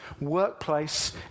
workplace